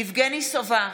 יבגני סובה,